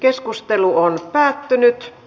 keskustelu päättyi